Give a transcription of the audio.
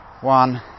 One